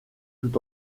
tout